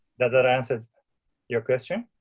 does that answer your question?